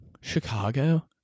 Chicago